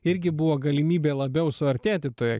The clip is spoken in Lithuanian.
irgi buvo galimybė labiau suartėti toje